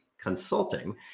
Consulting